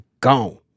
gone